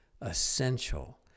essential